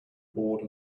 bored